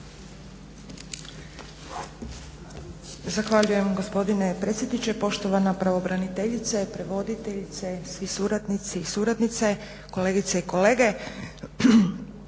Zahvaljujem gospodine predsjedniče, poštovana pravobraniteljice, prevoditeljice, svi suradnici i suradnice, kolegice i kolege.